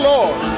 Lord